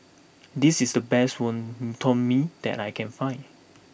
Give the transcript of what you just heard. this is the best Wonton Mee that I can find